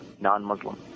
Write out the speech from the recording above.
non-Muslim